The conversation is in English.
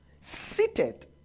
seated